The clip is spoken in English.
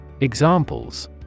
Examples